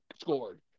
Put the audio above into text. scored